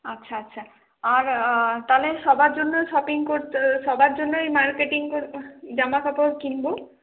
আচ্ছা আচ্ছা আর তাহলে সবার জন্যই শপিং সবার জন্যই মার্কেটিং জামাকাপড় কিনবো